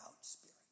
spirit